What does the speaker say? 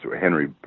Henry